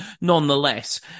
nonetheless